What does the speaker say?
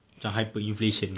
macam hyperinflation